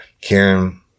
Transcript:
Karen